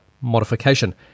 modification